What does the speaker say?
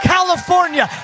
California